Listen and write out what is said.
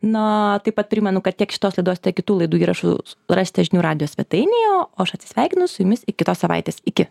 na o taip pat primenu kad tiek šitos laidos tiek kitų laidų įrašus rasite žinių radijo svetainėje o aš atsisveikinu su jumis iki kitos savaitės iki